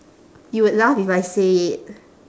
you would laugh if I say it